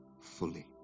fully